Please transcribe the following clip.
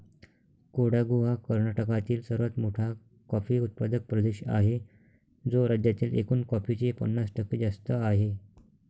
कोडागु हा कर्नाटकातील सर्वात मोठा कॉफी उत्पादक प्रदेश आहे, जो राज्यातील एकूण कॉफीचे पन्नास टक्के जास्त आहे